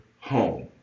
home